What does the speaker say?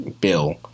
Bill